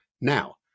Now